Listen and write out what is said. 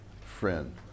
friend